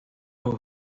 los